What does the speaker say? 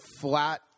flat